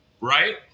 right